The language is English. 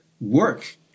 work